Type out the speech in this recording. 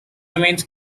remains